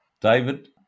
david